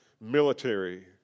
military